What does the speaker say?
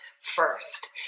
first